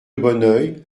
bonneuil